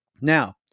Now